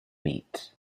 meat